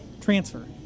transfer